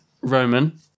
Roman